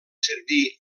servir